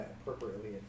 appropriately